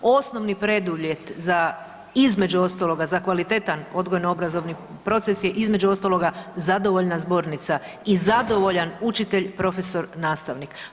Osnovni preduvjet za između ostaloga, za kvalitetan odgojno-obrazovni proces je između ostaloga zadovoljna zbornica i zadovoljan učitelj, profesor, nastavnik.